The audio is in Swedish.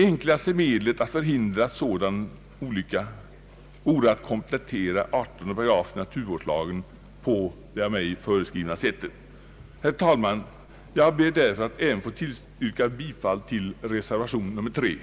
Enklaste medlet att förhindra sådana olyckor vore att komplettera 18 § i naturvårdslagen på det av mig föreslagna sättet. Herr talman! Jag ber därför att även få yrka bifall till reservation III.